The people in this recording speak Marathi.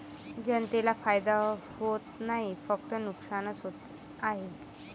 जनतेला फायदा होत नाही, फक्त नुकसानच होत आहे